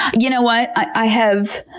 you know what? i have,